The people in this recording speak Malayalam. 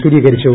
സ്ഥിരീകരിച്ചു